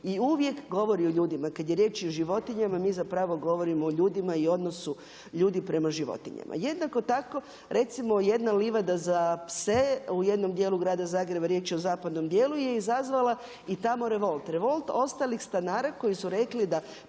i uvijek govori o ljudima. I kada je riječ i o životinjama mi zapravo govorimo o ljudima i odnosu ljudi prema životinjama. Jednako tako recimo jedna livada za pse u jednom dijelu grada Zagreba, riječ je o zapadnom dijelu je izazvala i tamo revolt, revolt ostalih stanara koji su rekli da